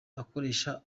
akoresha